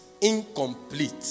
Incomplete